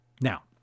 Now